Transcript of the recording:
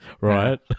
Right